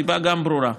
הסיבה גם ברורה: